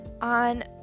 on